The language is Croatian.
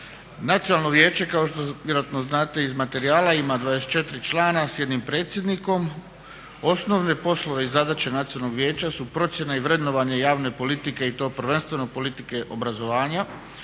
Nacionalno vijeće kao što vjerojatno znate iz materijala ima 24 člana s jednim predsjednikom. Osnovne poslove i zadaće Nacionalnog vijeća su procjena i vrednovanje javne politike i to prvenstveno politike obrazovanja,